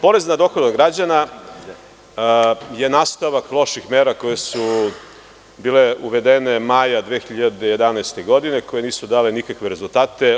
Porez na dohodak građana je nastavak loših mera koje su bile uvedene maja 2011. godine, a koje nisu dale nikakve rezultate.